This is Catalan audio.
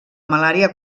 malària